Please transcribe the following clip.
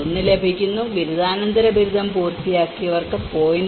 1 ലഭിക്കുന്നു ബിരുദാനന്തര ബിരുദം പൂർത്തിയാക്കിയവർക്ക് 0